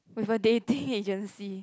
with a dating agency